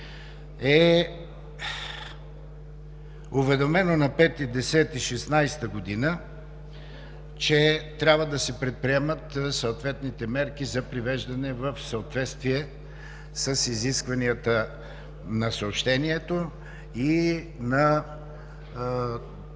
е уведомено на 5 октомври 2016 г., че трябва да се предприемат съответните мерки за привеждане в съответствие с изискванията на Съобщението и на